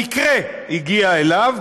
במקרה הגיע אליו,